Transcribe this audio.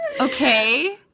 Okay